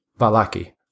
Valaki